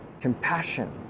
compassion